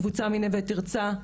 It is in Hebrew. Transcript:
קבוצה מנווה תרצה,